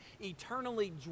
eternally